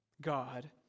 God